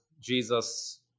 Jesus